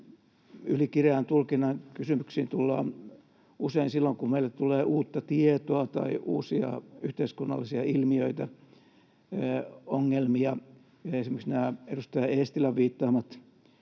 ylikireän tulkinnan kysymyksiin tullaan usein silloin kun meille tulee uutta tietoa tai uusia yhteiskunnallisia ilmiöitä tai ongelmia. Esimerkiksi nämä edustaja Eestilän viittaamat